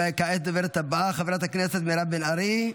וכעת הדוברת הבאה, חברת הכנסת מירב בן ארי.